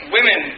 Women